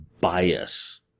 bias